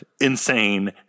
insane